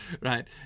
right